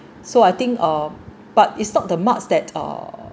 so I think uh but it's not the marks that uh